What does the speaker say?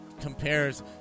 compares